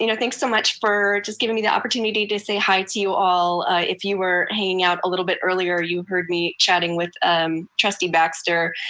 you know thanks so much for just giving me the opportunity to say hi to you all. if you were hanging out a little bit earlier, you heard me chatting with trustee baxter.